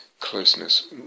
closeness